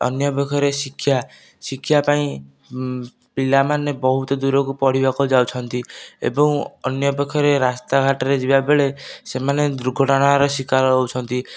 ଅନ୍ୟପକ୍ଷରେ ଶିକ୍ଷା ଶିକ୍ଷା ପାଇଁ ପିଲାମାନେ ବହୁତ ଦୂରକୁ ପଢ଼ିବାକୁ ଯାଉଛନ୍ତି ଏବଂ ଅନ୍ୟପକ୍ଷରେ ରାସ୍ତାଘାଟରେ ଯିବାବେଳେ ସେମାନେ ଦୁର୍ଘଟଣାର ଶିକାର ହେଉଛନ୍ତି